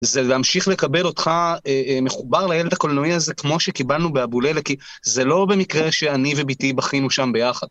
זה להמשיך לקבל אותך מחובר לילד הקולנועי הזה, כמו שקיבלנו באבוללה, כי זה לא במקרה שאני ובתי בכינו שם ביחד.